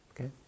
okay